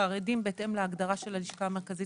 חרדים בהתאם להגדרה של הלשכה המרכזית